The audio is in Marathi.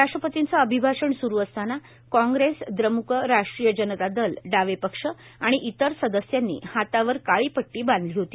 राष्ट्रपतींचं अभिभाषण स्रु असताना काँग्रेस द्रम्क राष्ट्रीय जनता दल डावे पक्ष आणि इतर सदस्यांनी हातावर काळी पट्टी बांधली होती